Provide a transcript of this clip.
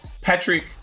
Patrick